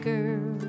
Girl